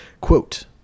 Quote